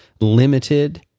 limited